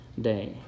day